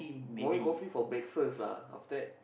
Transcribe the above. morning coffee for breakfast lah after that